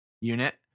unit